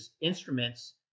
instruments